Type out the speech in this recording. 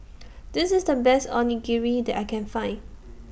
This IS The Best Onigiri that I Can Find